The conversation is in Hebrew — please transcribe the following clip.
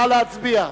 נא להצביע.